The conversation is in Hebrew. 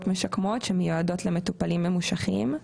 משקמות שמיועדות למטופלים ממושכים,